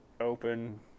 open